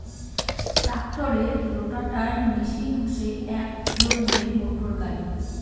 ট্রাক্টরের rotavator machine হসে এক ধরণের মোটর গাড়ি